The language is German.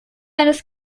eines